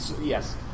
Yes